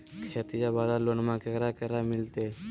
खेतिया वाला लोनमा केकरा केकरा मिलते?